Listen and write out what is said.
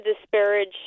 disparage